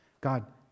God